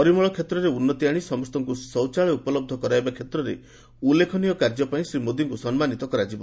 ପରିମଳ କ୍ଷେତ୍ରରେ ଉନ୍ନତି ଆଣି ସମସ୍ତଙ୍କୁ ଶୌଚାଳୟ ଉପଳବ୍ଧ କରାଇବା କ୍ଷେତ୍ରରେ ଉଲ୍ଲ୍ରେଖନୀୟ କାର୍ଯ୍ୟ ପାଇଁ ଶ୍ରୀ ମୋଦୀଙ୍କୁ ସମ୍ମାନିତ କରାଯିବ